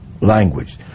language